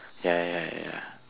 ya ya ya ya ya